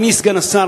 אדוני סגן השר,